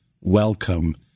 welcome